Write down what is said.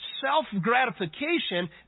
self-gratification